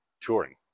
Touring